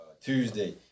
Tuesday